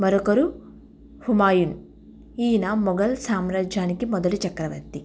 మరొకరు హుమాయూన్ ఈయన మొఘల్ సామ్రాజ్యానికి మొదటి చక్రవర్తి